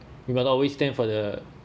we will always stand for the